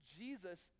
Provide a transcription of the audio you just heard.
jesus